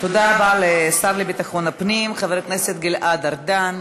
תודה רבה לשר לביטחון פנים חבר הכנסת גלעד ארדן.